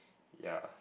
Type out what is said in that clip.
ya